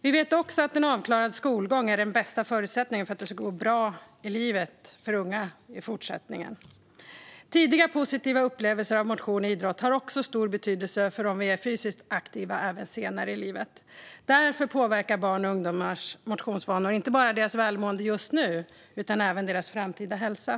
Vi vet också att en avklarad skolgång är den bästa förutsättningen för att det ska gå bra i livet för unga i fortsättningen. Tidigare positiva upplevelser av motion och idrott har också stor betydelse för de mer fysiskt aktiva även senare i livet. Därför påverkar motionsvanorna bland barn och ungdomar inte bara deras välmående just nu utan även deras framtida hälsa.